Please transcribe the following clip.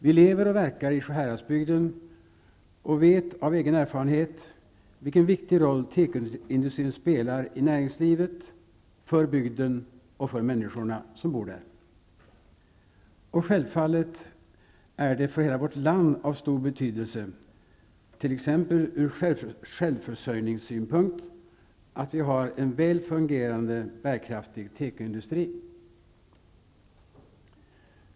Vi lever och verkar i Sjuhäradsbygden och vet av egen erfarenhet vilken viktig roll tekoindustrin spelar i näringslivet, för bygden och för människorna som bor där. Självfallet är det för hela vårt land av stor betydelse, t.ex. ur självförsörjningssynpunkt, att vi har en väl fungerande, bärkraftig tekoindustri.